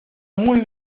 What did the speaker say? muy